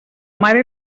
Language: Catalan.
mare